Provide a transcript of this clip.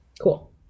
Cool